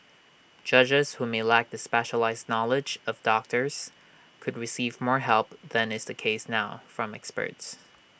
judges who may lack the specialised knowledge of doctors could receive more help than is the case now from experts